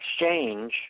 exchange